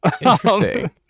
Interesting